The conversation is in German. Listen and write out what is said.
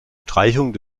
streichung